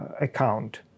account